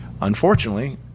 unfortunately